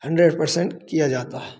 hundred percent किया जाता है